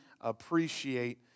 appreciate